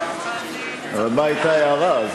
אבל מה הייתה ההערה?